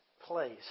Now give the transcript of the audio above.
place